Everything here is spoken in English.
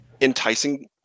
enticing